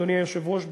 אדוני היושב-ראש,